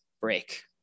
break